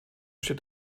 steht